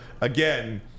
again